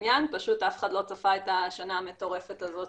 פשוט אף אחד לא צפה את השנה המטורפת הזאת